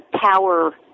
power